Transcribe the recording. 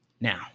Now